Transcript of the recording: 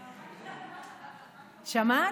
שמעת?